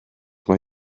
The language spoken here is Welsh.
mae